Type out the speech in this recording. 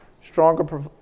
stronger